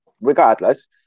regardless